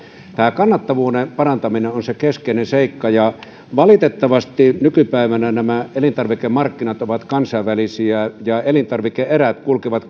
tämä kannattavuuden parantaminen on keskeinen seikka valitettavasti nykypäivänä elintarvikemarkkinat ovat kansainvälisiä ja elintarvike erät kulkevat